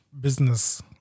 business